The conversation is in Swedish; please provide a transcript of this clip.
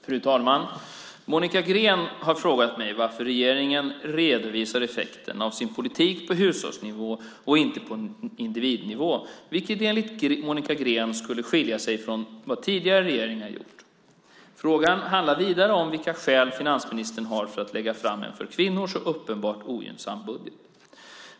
Fru talman! Monica Green har frågat mig varför regeringen redovisar effekten av sin politik på hushållsnivå och inte på individnivå, vilket enligt Monica Green skulle skilja sig från vad tidigare regeringar gjort. Frågan handlar vidare om vilka skäl finansministern har för att lägga fram en för kvinnor så uppenbart ogynnsam budget.